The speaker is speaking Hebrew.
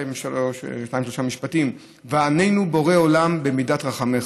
בשניים-שלושה משפטים: ועננו בורא עולם במידת רחמיך,